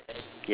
ya